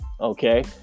okay